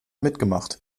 mitgemacht